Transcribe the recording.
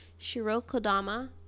shirokodama